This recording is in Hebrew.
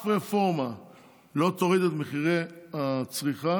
שום רפורמה לא תוריד את מחירי הצריכה,